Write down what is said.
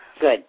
Good